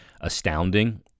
astounding